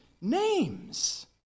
names